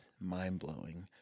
mind-blowing